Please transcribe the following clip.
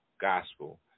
Gospel